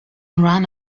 ran